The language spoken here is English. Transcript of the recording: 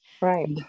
Right